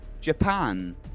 Japan